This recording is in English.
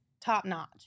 top-notch